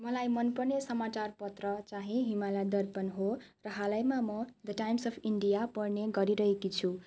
मलाई मन पर्ने समाचार पत्र चाहिँ हिमालय दर्पण हो र हालैमा म द टाइम्स अब् इन्डिया पढने गरिरहेको छु